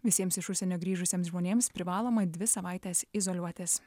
visiems iš užsienio grįžusiems žmonėms privaloma dvi savaites izoliuotis